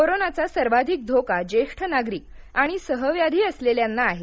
कोरोनाचा सर्वाधिक धोका ज्येष्ठ नागरिक आणि सहव्याधी असलेल्यांना आहे